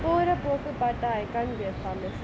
போற போக்கு பாத்தா:pora pokku paathaa I can't be pharmacist